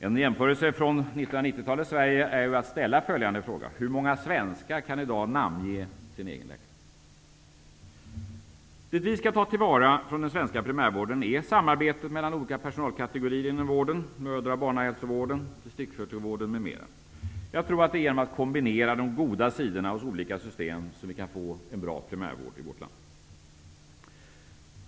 En jämförelse från 90-talets Sverige är att ställa följande fråga: Hur många svenskar kan i dag namnge sin egen läkare? Det vi skall ta till vara från den svenska primärvården är samarbetet mellan olika personalkategorier inom vården, mödra och barnhälsovården, distriktssköterskevården, m.m. Jag tror att det är genom att kombinera de goda sidorna hos olika system som vi kan få en bra primärvård i vårt land.